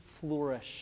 flourish